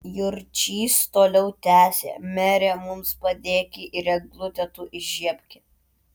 jurčys toliau tęsė mere mums padėki ir eglutę tu įžiebki